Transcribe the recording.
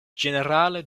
ĝenerale